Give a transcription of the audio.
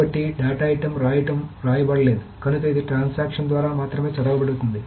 కాబట్టి data item రాయడం వ్రాయబడలేదు కనుక ఇది ట్రాన్సాక్షన్ ద్వారా మాత్రమే చదవబడుతుంది